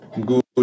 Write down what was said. good